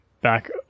back